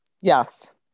Yes